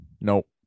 Nope